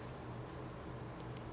my a lot of ang mohs leh